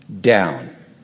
down